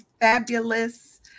fabulous